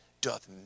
doth